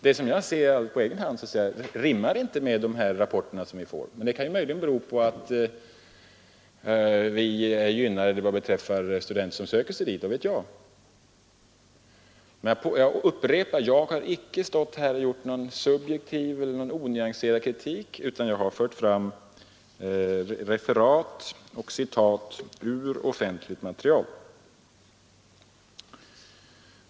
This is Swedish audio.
Det som jag själv kan se rimmar alltså inte med de rapporter vi fått, men det kan möjligen bero på att vi är gynnade vad beträffar de studenter som söker sig dit — vad vet jag? Men jag upprepar att jag inte här i kammaren framfört någon subjektiv eller onyanserad kritik utan har anfört referat och citat ur offentligt material.